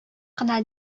кына